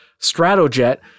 stratojet